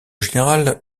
générale